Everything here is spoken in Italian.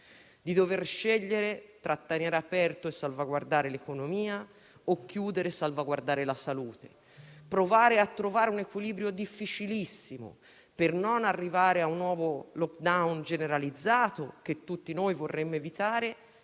di dover scegliere tra tenere aperto e salvaguardare l'economia o chiudere e salvaguardare la salute. Occorre provare a trovare un equilibrio difficilissimo per non arrivare a un nuovo *lockdown* generalizzato, che tutti noi vorremmo evitare,